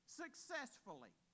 successfully